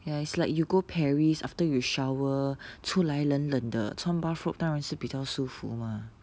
ya it's like you go paris after you shower 出来冷冷的穿 bathrobe 当然是比较舒服吗